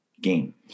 game